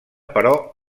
però